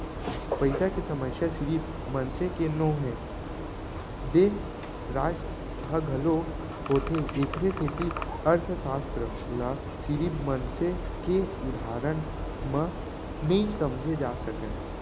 पइसा के समस्या सिरिफ मनसे के नो हय, देस, राज म घलोक होथे एखरे सेती अर्थसास्त्र ल सिरिफ मनसे के उदाहरन म नइ समझे जा सकय